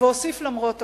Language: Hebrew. ואוסיף למרות הכול,